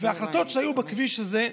וההחלטות שהיו בכביש הזה,